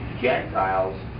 Gentiles